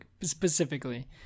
specifically